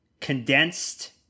Condensed